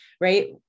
right